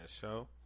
Show